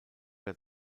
der